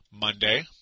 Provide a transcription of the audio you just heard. Monday